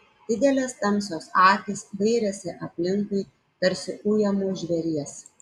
didelės tamsios akys dairėsi aplinkui tarsi ujamo žvėries